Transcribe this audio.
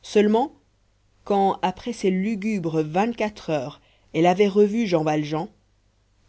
seulement quand après ces lugubres vingt-quatre heures elle avait revu jean valjean